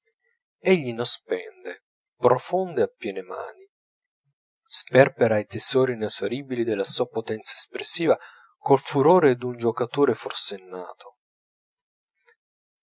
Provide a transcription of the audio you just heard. egli non spende profonde a piene mani sperpera i tesori inesauribili della sua potenza espressiva col furore d'un giuocatore forsennato